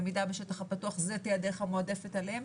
שם למידה בשטח הפתוח תהיה הדרך המועדפת עליהם,